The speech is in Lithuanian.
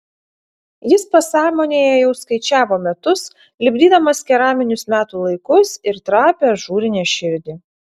jis pasąmonėje jau skaičiavo metus lipdydamas keraminius metų laikus ir trapią ažūrinę širdį